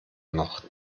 noch